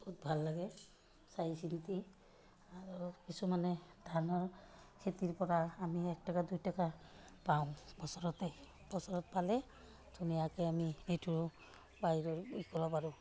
বহুত ভাল লাগে চাইচিতি আৰু কিছুমানে ধানৰ খেতিৰপৰা আমি এটকা দুটকা পাওঁ বছৰতে বছৰত পালে ধুনীয়াকৈ আমি সেইটো বাহিৰৰ কৰিব পাৰোঁ